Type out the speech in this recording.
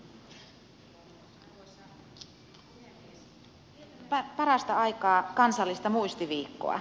vietämme parasta aikaa kansallista muistiviikkoa